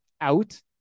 out